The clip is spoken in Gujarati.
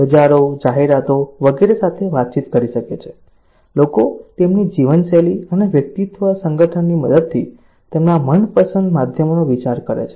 બજારો જાહેરાતો વગેરે સાથે વાતચીત કરી શકે છે લોકો તેમની જીવનશૈલી અને વ્યક્તિત્વ સંગઠનની મદદથી તેમના મનપસંદ માધ્યમોનો વિચાર કરે છે